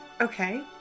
Okay